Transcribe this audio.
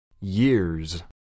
years